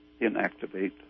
inactivate